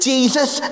Jesus